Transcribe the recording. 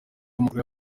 amakuru